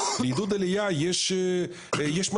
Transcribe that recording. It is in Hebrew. בעידוד עלייה יש מדדים,